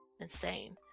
insane